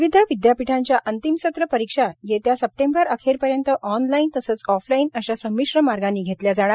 विविध विदयापीठांच्या अंतिम सत्र परीक्षा येत्या सेप्टेंबर अखेरपर्यंत ऑनलाइन ऑफलाइन आशा संमिश्र मार्गानी घेतल्या जाणार